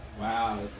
Wow